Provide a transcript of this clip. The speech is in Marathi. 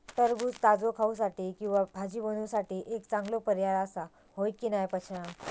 टरबूज ताजो खाऊसाठी किंवा भाजी बनवूसाठी एक चांगलो पर्याय आसा, होय की नाय पश्या?